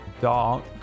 dark